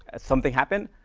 and something happened.